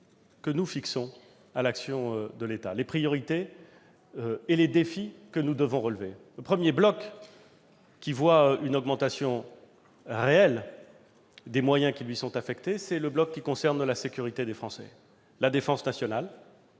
que nous fixons pour l'action de l'État et les défis que nous devons relever. Le premier bloc à connaître une augmentation réelle des moyens qui lui sont affectés est celui qui concerne la sécurité des Français. La défense nationale,